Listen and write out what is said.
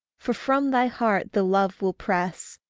for from thy heart the love will press,